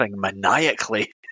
maniacally